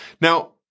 Now